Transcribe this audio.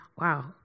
wow